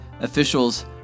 Officials